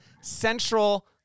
central